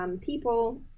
people